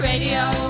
Radio